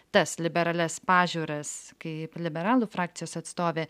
tas liberalias pažiūras kaip liberalų frakcijos atstovė